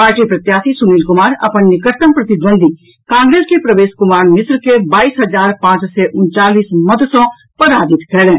party प्रत्याशी सुनील कुमार अपन निकटतम प्रतिद्धंद्वी कांग्रेस के प्रवेश कुमार मिश्र के बाईस हजार पांच सय उनचालीस मत सॅ पराजित कयलनि